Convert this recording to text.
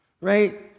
right